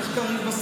לך תריב בבית.